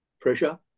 pressure